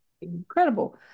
Incredible